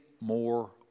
more